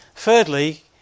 Thirdly